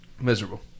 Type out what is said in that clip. miserable